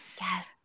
Yes